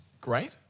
great